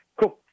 Cool